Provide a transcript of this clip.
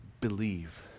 Believe